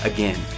Again